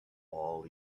all